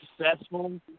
successful